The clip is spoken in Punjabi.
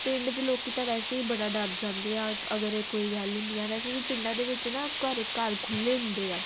ਪਿੰਡ ਦੇ ਲੋਕ ਤਾਂ ਵੈਸੇ ਹੀ ਬੜਾ ਡਰ ਜਾਂਦੇ ਆ ਅਗਰ ਇਹ ਕੋਈ ਗੱਲ ਹੁੰਦੀ ਆ ਵੈਸੇ ਵੀ ਪਿੰਡਾਂ ਦੇ ਵਿੱਚ ਨਾ ਘਰ ਘਰ ਖੁੱਲੇ ਹੁੰਦੇ ਆ